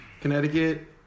Connecticut